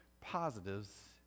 positives